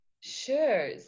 Sure